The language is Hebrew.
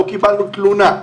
לא קיבלנו תלונה.